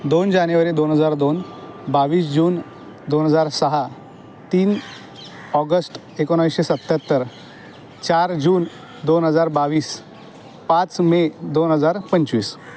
दोन जानेवारी दोन हजार दोन बावीस जून दोन हजार सहा तीन ऑगस्ट एकोणाविसशे सत्त्याहत्तर चार जून दोन हजार बावीस पाच मे दोन हजार पंचवीस